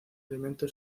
alimento